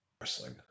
wrestling